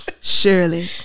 Surely